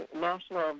National